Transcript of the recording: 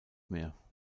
mehr